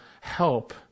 help